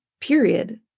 Period